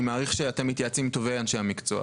אני מעריך שאתם מתייעצים עם טובי אנשי המקצוע.